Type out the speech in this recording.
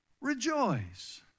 Rejoice